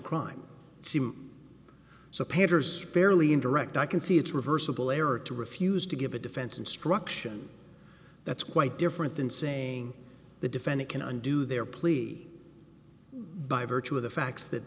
sparely in direct i can see it's reversible error to refuse to give a defense instruction that's quite different than saying the defendant can undo their plea but virtue of the facts that